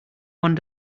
one